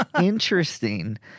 interesting